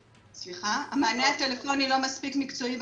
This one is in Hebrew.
המענה הטלפוני לא מספיק מקצועי,